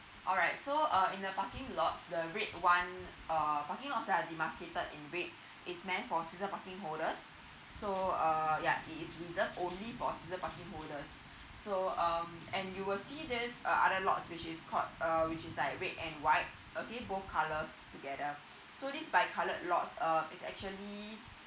alright so uh in the parking lots the red one uh parking lot that are demarcated in red is meant for season parking holders so uh yeah it is reserve only for season parking holders so um and you will see this uh other lots which is called err which is like red and white okay both colours together so this bi coloured lots uh it's actually